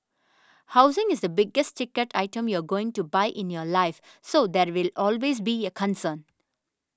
housing is the biggest ticket item you're going to buy in your life so there will always be a concern